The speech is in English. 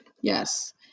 yes